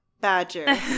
badger